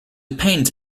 pained